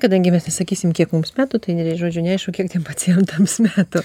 kadangi mes įsakysime kiek mums metų tai ne vien žodžiu neaišku kiek tiems pacientams metų